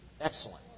excellent